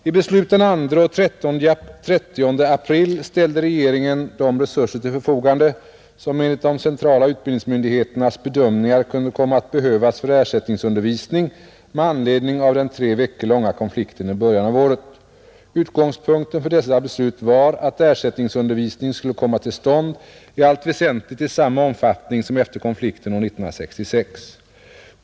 I beslut den 2 och 30 april ställde regeringen de resurser till förfogande som enligt de centrala utbildningsmyndigheternas bedömningar kunde komma att behövas för ersättningsundervisning med anledning av den tre veckor långa konflikten i början av året. Utgångspunkten för dessa beslut var att ersättningsundervisning skulle komma till stånd i allt väsentligt i samma omfattning som efter konflikten år 1966.